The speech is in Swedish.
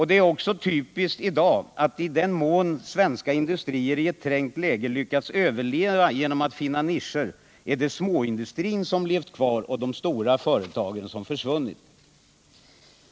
Det är typiskt i dag att i den mån svenska industrier i ett trängt läge lyckats överleva genom att finna nischer, är det småindustrin som levt kvar och de stora företagen som försvunnit.